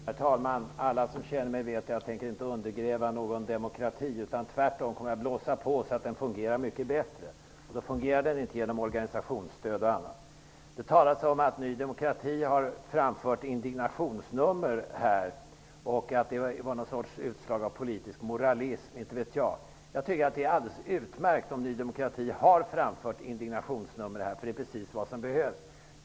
Herr talman! Alla som känner mig vet att jag inte tänker undergräva någon demokrati. Tvärtom kommer jag att blåsa på så att den fungerar mycket bättre, och då fungerar den inte genom organisationsstöd och annat. Det talades om att Ny demokrati här har framfört indignationsnummer och att det skulle vara någon sorts utslag av politisk moralism. Jag tycker att det är alldeles utmärkt om Ny demokrati har framfört indignationsnummer, eftersom det är precis vad som behövs.